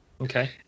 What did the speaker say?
Okay